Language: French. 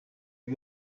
new